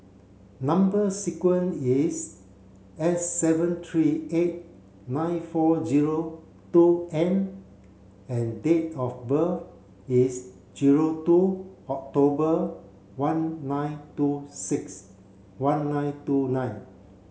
number sequence is S seven three eight nine four zero two N and date of birth is zero two October one nine two six one nine two nine